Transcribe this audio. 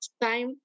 time